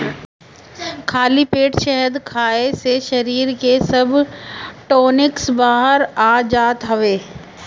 खाली पेट शहद खाए से शरीर के सब टोक्सिन बाहर हो जात हवे